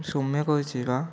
ସୋମ୍ୟ କହୁଛି ବା